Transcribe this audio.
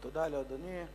תודה לאדוני.